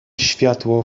światło